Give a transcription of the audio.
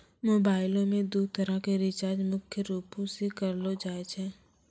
मोबाइलो मे दू तरह के रीचार्ज मुख्य रूपो से करलो जाय छै